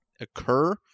occur